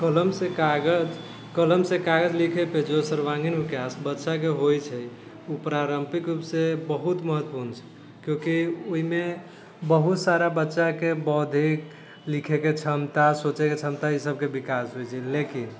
कलमसँ कागज कलमसँ कागज लिखैपर जो सर्वांगिण विकास बच्चाके होइ छै उ पारम्परिक रूपसँ बहुत महत्वपूर्ण छै किएक कि ओइमे बहुत सारा बच्चाके बौद्धिक लिखैके क्षमता सोचैके क्षमता ई सबके विकास होइ छै लेकिन